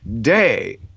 day